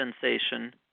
sensation